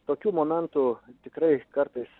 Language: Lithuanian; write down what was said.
tokių momentų tikrai kartais